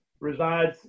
resides